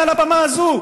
מעל הבמה הזו,